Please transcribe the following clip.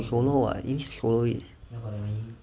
swallow [what] you need to swallow it